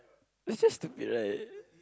is just stupid right